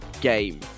game